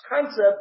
concept